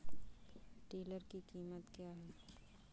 Tiller की कीमत क्या है?